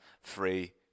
free